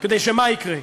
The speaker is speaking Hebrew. כדי שמה יקרה?